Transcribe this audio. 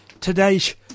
today's